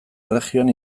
erregioan